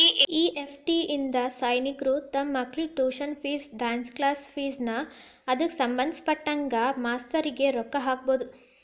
EFT ಇಂದಾ ಸೈನಿಕ್ರು ತಮ್ ಮಕ್ಳ tuition fees, dance class fees ನಾ ಅದ್ಕ ಸಭಂದ್ಪಟ್ಟ ಮಾಸ್ತರ್ರಿಗೆ ರೊಕ್ಕಾ ಹಾಕ್ಬೊದ್